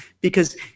because-